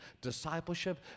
discipleship